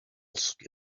skin